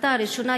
בהצהרתה הראשונה,